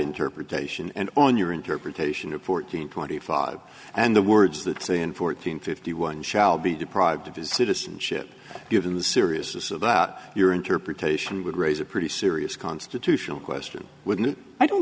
interpretation and on your interpretation of fourteen twenty five and the words that say in fourteen fifty one shall be deprived of his citizenship given the seriousness of the out your interpretation would raise a pretty serious constitutional question wouldn't it i don't